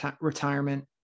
retirement